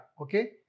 Okay